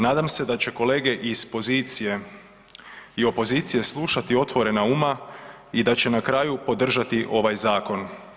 Nadam se da će kolege i iz pozicije i opozicije slušati otvorena uma i da će na kraju podržati ovaj zakon.